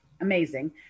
Amazing